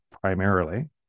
primarily